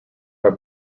are